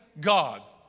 God